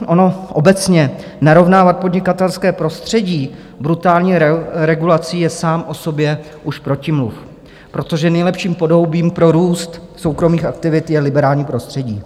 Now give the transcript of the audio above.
Ono obecně narovnávat podnikatelské prostředí brutální regulací je sám o sobě už protimluv, protože nejlepším podhoubím pro růst soukromých aktivit je liberální prostředí.